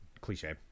Cliche